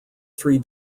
three